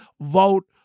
vote